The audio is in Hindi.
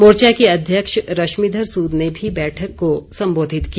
मोर्चा की अध्यक्ष रश्मि धर सूद ने भी बैठक को संबोधित किया